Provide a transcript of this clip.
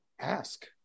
ask